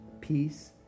peace